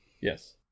Yes